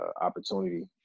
opportunity